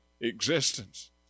existence